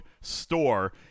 store